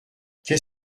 qu’est